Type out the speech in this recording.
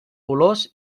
olors